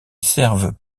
servent